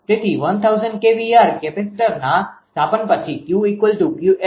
તેથી 1000 kVAr કેપેસિટરના સ્થાપન પછી Q𝑄𝐿 𝑄𝐶 હશે